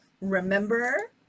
remember